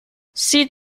see